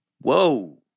Whoa